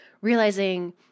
realizing